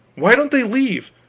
why don't they leave?